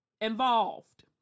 involved